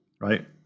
right